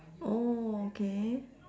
oh K